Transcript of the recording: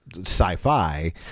sci-fi